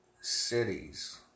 cities